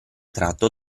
tratto